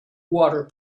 water